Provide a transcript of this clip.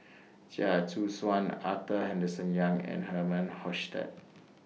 Chia Choo Suan Arthur Henderson Young and Herman Hochstadt